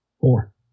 Four